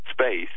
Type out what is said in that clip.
space